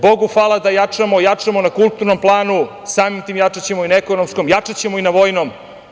Bogu hvala da jačamo na kulturnom planu, a samim tim jačaćemo i na ekonomskom, jačaćemo i na vojnom.